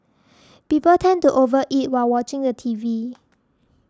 people tend to over eat while watching the T V